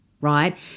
Right